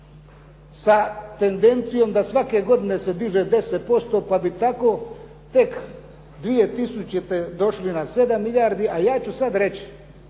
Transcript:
sa tendencijom da svake godine se diše 10%, pa bi tako tek 2000. došli na 7 milijardi. A ja ću sada reći,